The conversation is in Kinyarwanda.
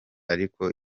ariko